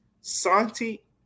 Santi